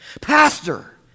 Pastor